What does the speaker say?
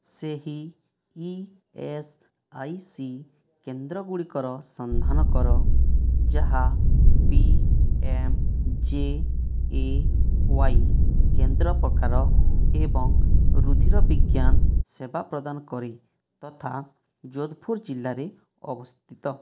ସେହି E S I C କେନ୍ଦ୍ରଗୁଡ଼ିକର ସନ୍ଧାନ କର ଯାହା P M J A Y କେନ୍ଦ୍ର ପ୍ରକାର ଏବଂ ରୁଧିର ବିଜ୍ଞାନ ସେବା ପ୍ରଦାନ କରେ ତଥା ଯୋଦ୍ଧପୁର ଜିଲ୍ଲାରେ ଅବସ୍ଥିତ